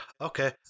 okay